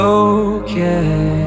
okay